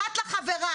אחת לחברה,